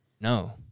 no